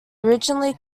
originally